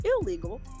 illegal